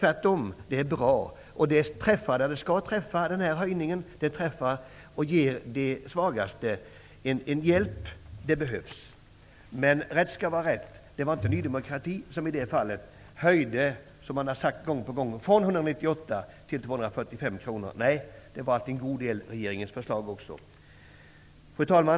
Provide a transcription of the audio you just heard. Tvärtom är det ett bra förslag, som innebär en hjälp till de svagaste, och det behövs. Rätt skall vara rätt: det var inte Ny demokrati som ville höja beloppet 198 kr till 245 kr, som det har sagts gång på gång. Nej, det var regeringens förslag också. Fru talman!